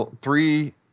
three